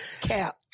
Cap